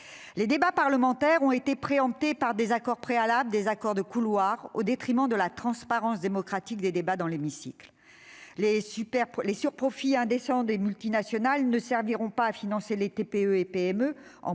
Les débats parlementaires ont été préemptés par des accords préalables, des accords de couloir, au détriment de la transparence démocratique des débats dans l'hémicycle. Les surprofits indécents des multinationales ne serviront pas à financer en bout de